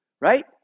right